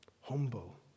humble